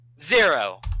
Zero